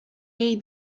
jej